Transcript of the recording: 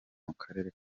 mukarere